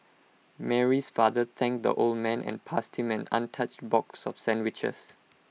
Mary's father thanked the old man and passed him an untouched box of sandwiches